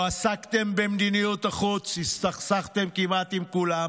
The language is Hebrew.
לא עסקתם במדיניות החוץ, הסתכסכתם עם כולם